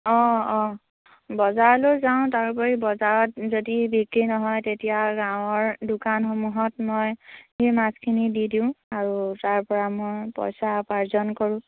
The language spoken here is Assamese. অঁ অঁ বজাৰলৈ যাওঁ তাৰোপৰি বজাৰত যদি বিক্ৰী নহয় তেতিয়া গাঁৱৰ দোকানসমূহত মই সেই মাছখিনি দি দিওঁ আৰু তাৰপৰা মই পইচা উপাৰ্জন কৰোঁ